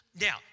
Now